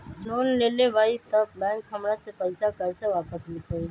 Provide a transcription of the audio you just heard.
हम लोन लेलेबाई तब बैंक हमरा से पैसा कइसे वापिस लेतई?